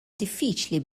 diffiċli